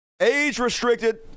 age-restricted